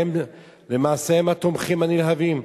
ולמעשה הם התומכים הנלהבים.